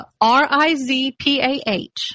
R-I-Z-P-A-H